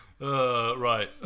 Right